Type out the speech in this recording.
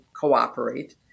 cooperate